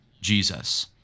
Jesus